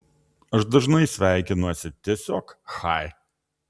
aš dažnai sveikinuosi tiesiog chai